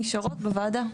נשארות בוועדה.